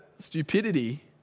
stupidity